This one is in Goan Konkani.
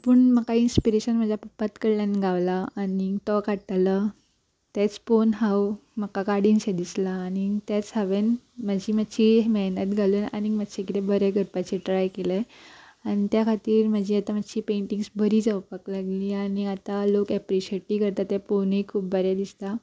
पूण म्हाका इन्स्पिरेशन म्हज्या पप्पात कडल्यान गावला आनी तो काडटलो तेच पोवन हांव म्हाका काडिनशें दिसला आनी तेच हांवेन मात्शी मात्शी मेहनत घालून आनीग मातशे कितें बरें करपाचें ट्राय केले आनी त्या खातीर म्हाजी आतां मात्शी पेंटींग्स बरी जावपाक लागली आनी आतां लोक एप्रिशिएट करता ते पोवनूय खूब बरें दिसता